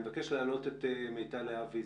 אני מבקש להעלות את מיטל להבי,